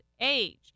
age